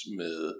med